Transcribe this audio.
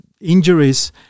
injuries